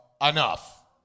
enough